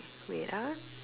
wait ah